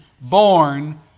born